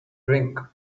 drink